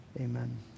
Amen